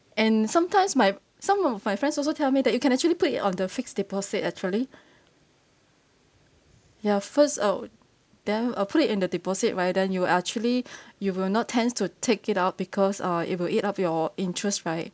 and sometimes my some of my friends also tell me that you can actually put it on the fixed deposit actually ya first I would then I'll put it in the deposit right then you actually you will not tends to take it out because uh it will eat up your interest right